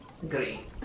Green